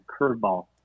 curveball